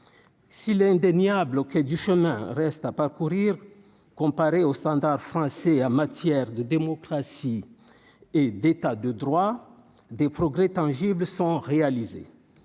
si l'indéniable OK, du chemin reste à parcourir, comparé aux standards français en matière de démocratie et d'état de droit, des progrès tangibles sont réalisés